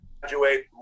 graduate